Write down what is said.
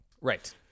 right